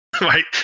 Right